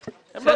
הם לא מצפצפים.